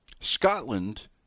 Scotland